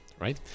Right